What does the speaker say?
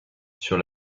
sur